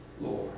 Lord